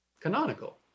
canonical